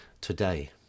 today